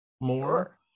more